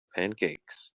pancakes